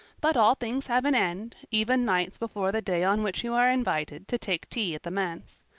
but all things have an end, even nights before the day on which you are invited to take tea at the manse.